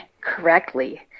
correctly